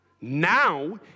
Now